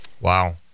Wow